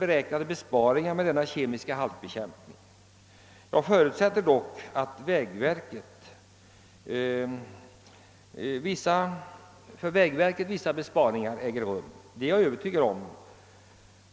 beräknade besparingar genom denna kemiska saltbekämpning har inte lämnats. Jag förutsätter dock, att vissa besparingar för vägverket åstadkommes.